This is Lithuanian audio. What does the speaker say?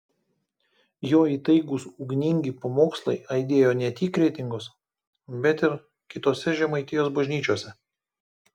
jo įtaigūs ugningi pamokslai aidėjo ne tik kretingos bet ir kitose žemaitijos bažnyčiose